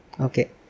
Okay